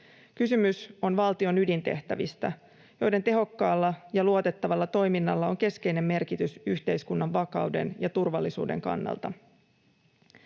Kysymys on valtion ydintehtävistä, joiden tehokkaalla ja luotettavalla toiminnalla on keskeinen merkitys yhteiskunnan vakauden ja turvallisuuden kannalta.